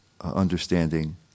understanding